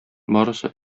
барысы